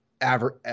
average